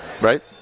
right